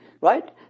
right